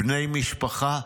בני משפחה'.